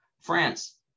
france